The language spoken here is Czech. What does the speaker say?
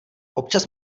občas